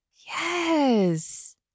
Yes